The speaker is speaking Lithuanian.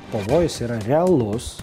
pavojus yra realus